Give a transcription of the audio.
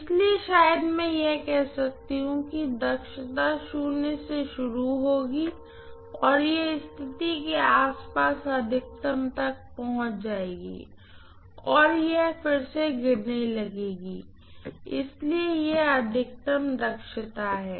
इसलिए मैं शायद यह कह सकती हूँ कि दक्षता से शुरू होगी और यह इस स्थिति के आसपास अधिकतम तक पहुंच जाएगी और फिर यह फिर से गिरने लगेगी इसलिए यह अधिकतम दक्षता है